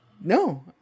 No